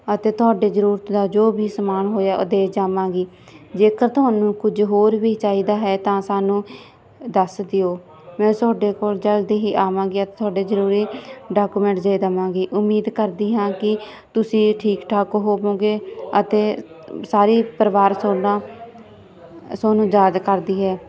ਅਤੇ ਤੁਹਾਡੇ ਜ਼ਰੂਰਤ ਦਾ ਜੋ ਵੀ ਸਮਾਨ ਹੋਇਆ ਉਹ ਦੇ ਜਾਵਾਂਗੀ ਜੇਕਰ ਤੁਹਾਨੂੰ ਕੁਝ ਹੋਰ ਵੀ ਚਾਹੀਦਾ ਹੈ ਤਾਂ ਸਾਨੂੰ ਦੱਸ ਦਿਓ ਮੈਂ ਤੁਹਾਡੇ ਕੋਲ ਜਲਦੀ ਹੀ ਆਵਾਂਗੀ ਅਤੇ ਤੁਹਾਡੇ ਜਰੂਰੀ ਡਾਕੂਮੈਂਟ ਜੇ ਦਵਾਂਗੀ ਉਮੀਦ ਕਰਦੀ ਹਾਂ ਕੀ ਤੁਸੀਂ ਠੀਕ ਠਾਕ ਹੋਵੋਗੇ ਅਤੇ ਸਾਰੀ ਪਰਿਵਾਰ ਤੁਹਾਡਾ ਸੋਨੂੰ ਯਾਦ ਕਰਦੀ ਹੈ